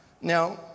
Now